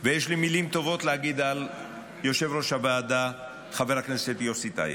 ויש לי מילים טובות להגיד על יושב-ראש הוועדה חבר הכנסת יוסי טייב.